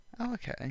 Okay